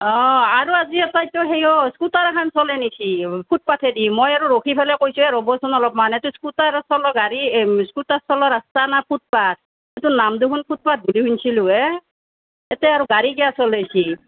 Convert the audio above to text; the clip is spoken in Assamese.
অঁ আৰু আজি এটাইতো হেৰিয়ো ইস্কুটাৰ এখন চলাই নিছে ফুটপাথেদি মই আৰু ৰখি পেলাই কৈছোঁ এ ৰ'বচোন অলপমান এইটো ইস্কুটাৰ চলোৱা গাড়ী ইস্কুটাৰ চলোৱা ৰাস্তা না ফুটপাথ এইটো নাম দেখোন ফুটপাথ বুলি শুনছিলোৱে ইয়াতে আৰু গাড়ী কিয় চলাইছে